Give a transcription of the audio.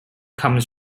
comes